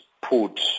put